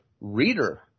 reader